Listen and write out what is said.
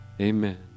Amen